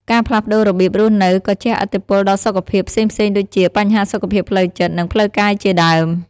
ការផ្លាស់ប្ដូររបៀបរស់នៅក៏ជះឥទ្ធិពលដល់សុខភាពផ្សេងៗដូចជា បញ្ហាសុខភាពផ្លូវចិត្ត និងផ្លូវកាយជាដើម។